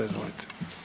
Izvolite.